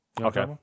Okay